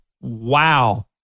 wow